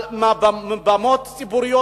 מעל במות ציבוריות,